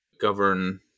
govern